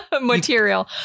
material